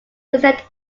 instead